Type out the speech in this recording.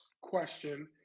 question